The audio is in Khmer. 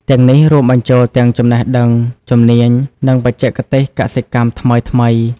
ទាំងនេះរួមបញ្ចូលទាំងចំណេះដឹង ជំនាញ និងបច្ចេកទេសកសិកម្មថ្មីៗ។